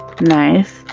Nice